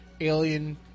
alien